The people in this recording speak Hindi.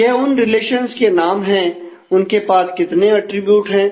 यह उन रिलेशंस के नाम है उनके पास कितने अटरीब्यूट है